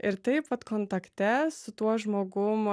ir taip vat kontakte su tuo žmogum